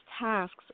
tasks